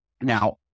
Now